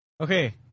Okay